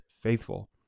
faithful